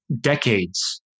decades